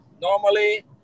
normally